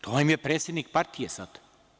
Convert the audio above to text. To im je predsednik partije sad.